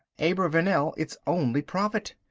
abravanel, its only prophet.